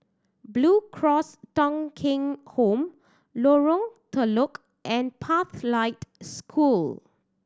Blue Cross Thong Kheng Home Lorong Telok and Pathlight School